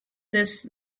this